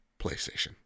PlayStation